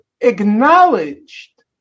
acknowledged